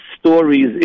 Stories